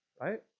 right